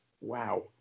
wow